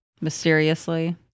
mysteriously